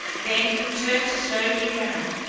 then he turned slowly around.